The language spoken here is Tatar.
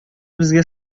безгә